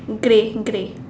grey grey